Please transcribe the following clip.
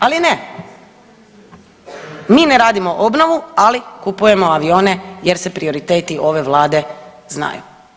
Ali ne, mi ne radimo obnovu ali kupujemo avione jer se prioriteti ove Vlade znaju.